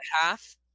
half